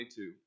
22